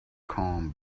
calm